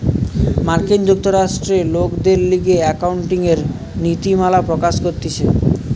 মার্কিন যুক্তরাষ্ট্রে লোকদের লিগে একাউন্টিংএর নীতিমালা প্রকাশ করতিছে